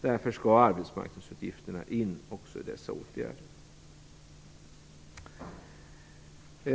Därför skall arbetsmarknadsutgifterna in också i dessa åtgärder. Som